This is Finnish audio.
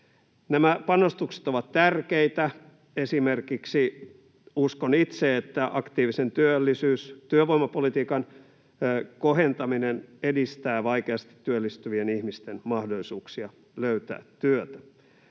Nämä panostukset ovat tärkeitä. Esimerkiksi uskon itse, että aktiivisen työvoimapolitiikan kohentaminen edistää vaikeasti työllistyvien ihmisten mahdollisuuksia löytää työtä.